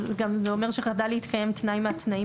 אז גם זה אומר שחדל להתקיים תנאי מהתנאים